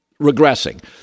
regressing